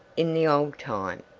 in the old time.